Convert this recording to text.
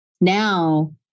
Now